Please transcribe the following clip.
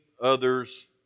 others